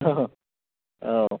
ओहो औ